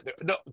no